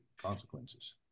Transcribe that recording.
consequences